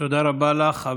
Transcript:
תודה רבה לך.